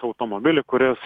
tai automobilį kuris